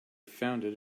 founded